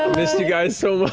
missed you guys so much.